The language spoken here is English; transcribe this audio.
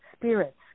spirits